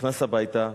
נכנס הביתה,